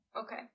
Okay